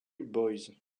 boys